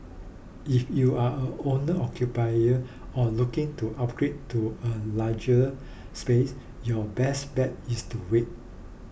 if you are a owner occupier or looking to upgrade to a larger space your best bet is to wait